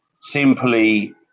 simply